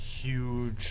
Huge